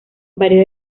varios